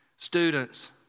Students